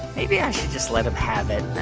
maybe i should just let him have it. ah